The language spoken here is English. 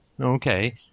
Okay